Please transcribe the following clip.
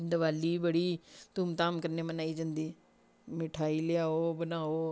दिवाली बड़ी धूम धाम कन्नै मनाई जन्दी मिठाई लेआओ बनाओ